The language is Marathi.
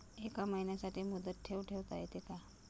एका महिन्यासाठी मुदत ठेव ठेवता येते का?